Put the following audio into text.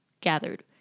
gathered